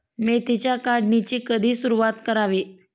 मेथीच्या काढणीची कधी सुरूवात करावी?